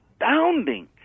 astounding